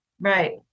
Right